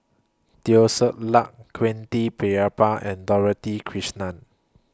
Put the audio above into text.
Teo Ser Luck Quentin Pereira and Dorothy Krishnan